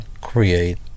create